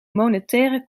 monetaire